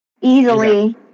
easily